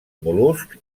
mol·luscs